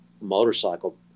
motorcycle